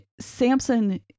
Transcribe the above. samson